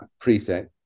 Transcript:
preset